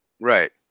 Right